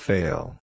Fail